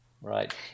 Right